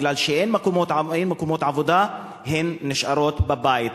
בגלל שאין מקומות עבודה הן נשארות בבית.